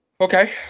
okay